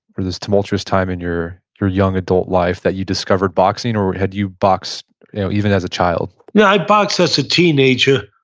this tumultuous time in your your young adult life, that you discovered boxing? or had you boxed even as a child? yeah, i boxed as a teenager.